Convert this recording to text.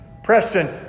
Preston